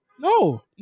No